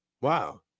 Wow